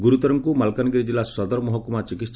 ଗୁରୁତରଙ୍କୁ ମାଲକାନଗିରି ଜିଲ୍ଲ ସଦର ମହକୁମା ଚିକିସ୍